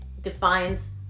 defines